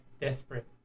desperate